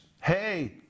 Hey